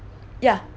ya